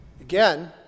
Again